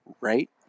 right